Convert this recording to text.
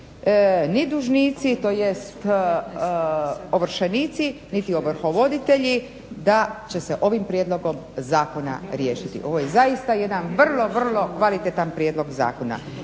ni dužnici tj. ovršenici niti ovrhovoditelji da će se ovim prijedlogom zakona riješiti. Ovo je zaista jedan vrlo, vrlo kvalitetan prijedlog zakona.